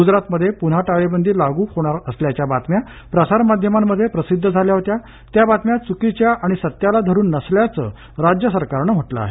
गुजरातमध्ये पुन्हा टाळेबंदी लागू होणार असल्याच्या बातम्या प्रसारमाध्यमांमध्ये प्रसिद्ध झाल्या होत्या त्या बातम्या चुकीच्या आणि सत्याला धरून नसल्याचं राज्य सरकारनं म्हटलं आहे